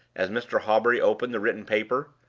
as mr. hawbury opened the written paper.